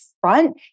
front